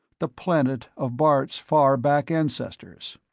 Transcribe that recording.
the planet of bart's far-back ancestors.